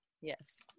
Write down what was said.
Yes